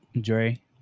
Dre